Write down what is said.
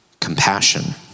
compassion